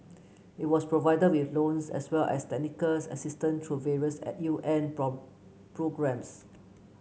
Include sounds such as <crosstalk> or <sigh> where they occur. it was provided with loans as well as technical assistance through various at U N <unintelligible> programmes